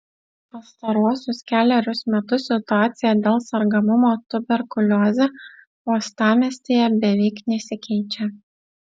pastaruosius kelerius metus situacija dėl sergamumo tuberkulioze uostamiestyje beveik nesikeičia